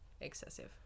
excessive